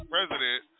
President